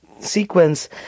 sequence